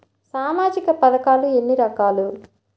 సామాజిక పథకాలు ఎన్ని రకాలు?